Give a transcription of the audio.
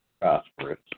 prosperous